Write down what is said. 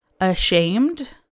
ashamed